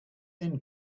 thin